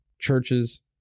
Churches